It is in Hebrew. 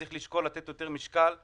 צריך לשקול לתת יותר משקל ללמ"ס.